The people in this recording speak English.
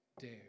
dare